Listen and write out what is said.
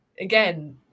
Again